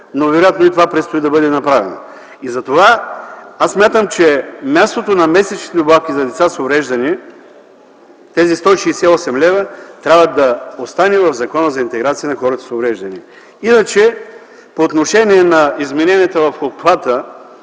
Вероятно и това предстои да бъде направено. Затова аз смятам, че мястото на месечните добавки за деца с увреждания – тези 168 лв., трябва да остане в Закона за интеграция на хората с увреждания. Иначе, по отношение на изменения в обхвата,